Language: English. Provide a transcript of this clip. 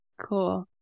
Cool